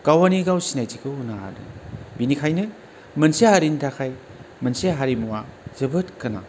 गावनि गाव सिनायथिखौ होनो हादों बेनिखायनो मोनसे हारिनि थाखाय मोनसे हारिमुवा जोबोद गोनां